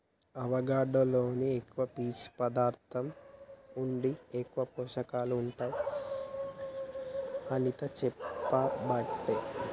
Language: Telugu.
అవకాడో లో ఎక్కువ పీచు పదార్ధం ఉండి ఎక్కువ పోషకాలు ఉంటాయి అని అనిత చెప్పబట్టే